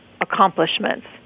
accomplishments